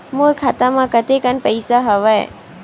मोर खाता म कतेकन पईसा हवय?